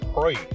pray